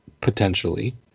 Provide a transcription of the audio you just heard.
potentially